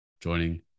joining